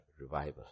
revival